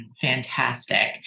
Fantastic